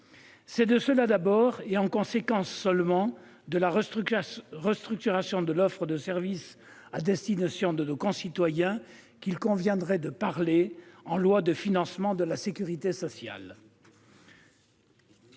C'est d'abord cela et, en conséquence seulement, la restructuration de l'offre de service à destination de nos concitoyens qu'il faudrait évoquer en loi de financement de la sécurité sociale.